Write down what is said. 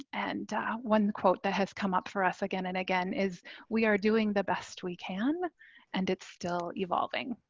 and one quote that has come up for us again and again is we are doing the best we can and it's still evolving.